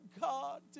God